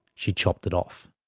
she chopped it off.